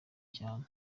cyane